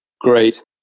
Great